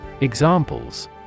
Examples